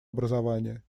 образования